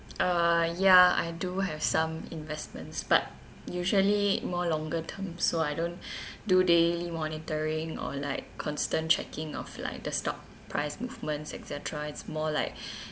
uh ya I do have some investments but usually more longer term so I don't do daily monitoring or like constant checking of like the stock price movements et cetera it's more like